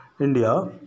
India